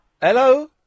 Hello